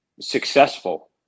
successful